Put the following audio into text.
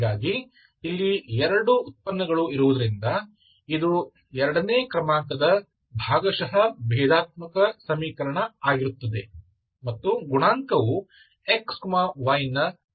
ಹೀಗಾಗಿ ಇಲ್ಲಿ 2 ಉತ್ಪನ್ನಗಳು ಇರುವುದರಿಂದ ಇದು ಎರಡನೇ ಕ್ರಮಾಂಕದ ಭಾಗಶಃ ಭೇದಾತ್ಮಕ ಸಮೀಕರಣ ಆಗಿರುತ್ತದೆ ಮತ್ತು ಗುಣಾಂಕವು xy ನ ಕಾರ್ಯಗಳಾಗಿವೆ